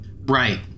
Right